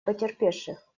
потерпевших